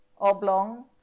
oblong